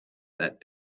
that